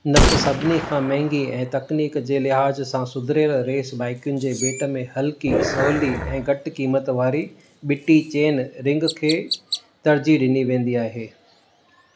न त सभिनी खां महांगी ऐं तकनीक जे लिहाज़ सां सुधरियल रेस बाइकुनि जे भेट में हल्की सवली ऐं घटि क़ीमत वारी ॿिटी चैन रिंग खे तर्जीह ॾिनी वेंदी आहे